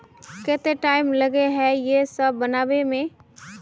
केते टाइम लगे है ये सब बनावे में?